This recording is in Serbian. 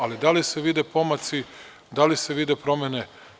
Ali, da li se vide pomaci, da li se vide promene?